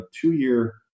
two-year